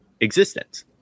existence